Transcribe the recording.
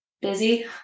busy